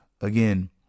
again